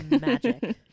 magic